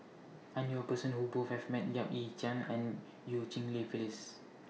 I knew A Person Who Both has Met Yap Ee Chian and EU Cheng Li Phyllis